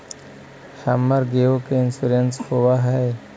हमर गेयो के इंश्योरेंस होव है?